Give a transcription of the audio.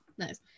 nice